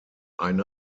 eine